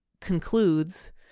concludes